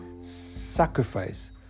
sacrifice